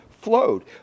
flowed